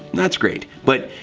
that's great, but.